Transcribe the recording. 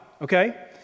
okay